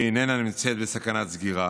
והיא איננה נמצאת בסכנת סגירה.